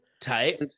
tight